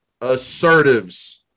assertives